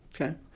okay